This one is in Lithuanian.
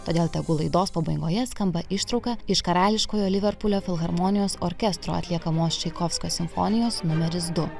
todėl tegu laidos pabaigoje skamba ištrauka iš karališkojo liverpulio filharmonijos orkestro atliekamos čaikovskio simfonijos numeris du